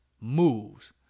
moves